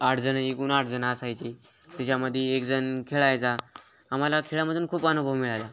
आठ जणं एकूण आठ जणं असायची त्याच्यामध्ये एक जण खेळायचा आम्हाला खेळामधून खूप अनुभव मिळाला